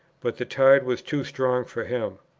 but the tide was too strong for him.